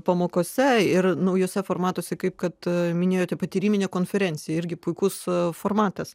pamokose ir naujuose formatuose kaip kad minėjote patyriminė konferencija irgi puikus formatas